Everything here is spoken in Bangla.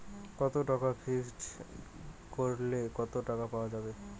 কত টাকা ফিক্সড করিলে কত টাকা পাওয়া যাবে?